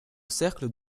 cercle